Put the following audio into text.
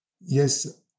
Yes